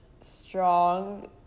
strong